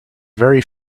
very